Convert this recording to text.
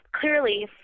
clearly